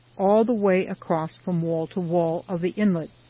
all the way across from wall to wall of the inlet,